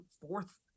fourth